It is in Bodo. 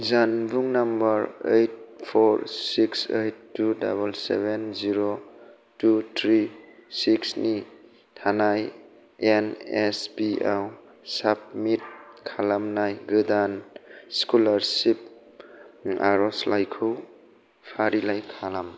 जानबुं number eight four six eight two दाबोल सेवेन जिर' टु थ्रि सिक्सनि थाखाय एन एस पिआव साबमिट खालामनाय गोदान स्कलारसिप आरजलाइखौ फारिलाइ खालाम